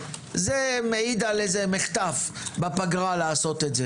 זה מעיד על איזה מחטף לעשות בפגרה.